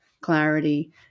clarity